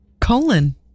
colon